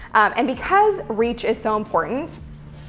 and because reach is so important,